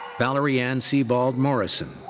valerie ann sebald-morrisson,